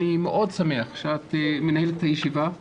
אני מאוד שמח שאת מנהלת את הישיבה,